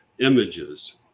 images